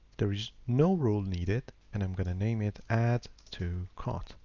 there is no rule needed. and i'm going to name it add to cart.